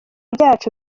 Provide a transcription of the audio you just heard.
byacu